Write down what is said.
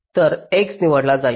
तर x निवडला जाईल